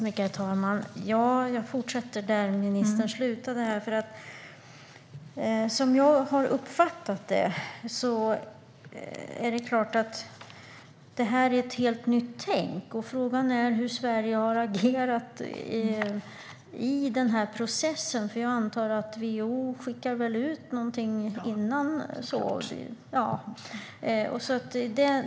Herr talman! Jag fortsätter där ministern slutade. Som jag har uppfattat det är detta ett helt nytt tänk. Frågan är hur Sverige har agerat i processen, för jag antar att WHO skickar ut någonting i förväg.